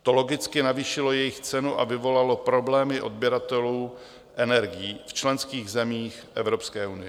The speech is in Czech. To logicky navýšilo jejich cenu a vyvolalo problémy odběratelů energií v členských zemích Evropské unie.